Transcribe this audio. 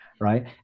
right